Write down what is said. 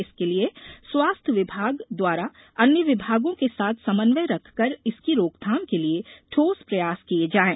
इसके लिये स्वास्थ्य विभाग द्वारा अन्य विभागों के साथ समन्वय रखकर इसकी रोकथाम के लिये ठोस प्रयास किये जाये